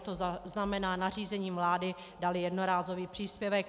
To znamená nařízením vlády dát jednorázový příspěvek.